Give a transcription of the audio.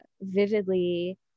vividly